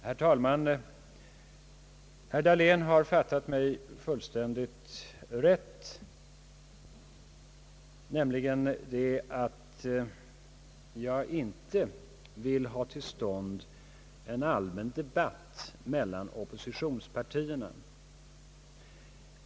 Herr talman! Herr Dahlén har fattat mig fullständigt rätt — jag vill inte ha till stånd någon allmän debatt mellan oppositionspartierna!